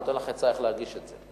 אני נותן לך עצה איך להגיש את זה.